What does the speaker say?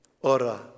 Ora